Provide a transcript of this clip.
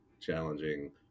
challenging